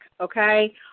okay